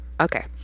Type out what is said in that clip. okay